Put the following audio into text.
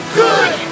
good